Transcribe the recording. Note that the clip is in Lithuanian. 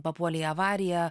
papuolė į avariją